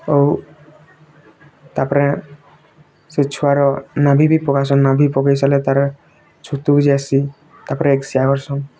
ଆଉ ତା'ପରେ ସେଇ ଛୁଆ ର ନାଭି ବି ପକେଇସନ୍ ନାଭି ପକେଇ ସାରିଲେ ତାର୍ ଆସି ତା'ପରେ ଏକ୍ଶିଆ କରସନ୍